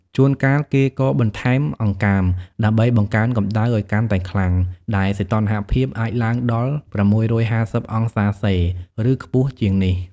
ជួនកាលគេក៏បន្ថែមអង្កាមដើម្បីបង្កើនកំដៅឱ្យកាន់តែខ្លាំង ដែលសីតុណ្ហភាពអាចឡើងដល់ ៦៥០ អង្សាសេ ឬខ្ពស់ជាងនេះ។